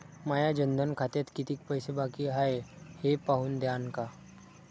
माया जनधन खात्यात कितीक पैसे बाकी हाय हे पाहून द्यान का?